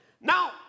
Now